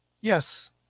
Yes